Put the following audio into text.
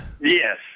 Yes